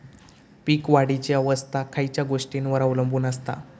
पीक वाढीची अवस्था खयच्या गोष्टींवर अवलंबून असता?